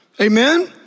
Amen